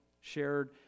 shared